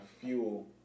fuel